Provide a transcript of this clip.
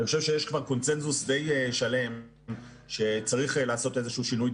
אני חושב שיש כבר קונסנזוס די שלם שצריך לעשות איזשהו שינוי.